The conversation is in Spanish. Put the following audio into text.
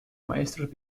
maestros